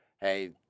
hey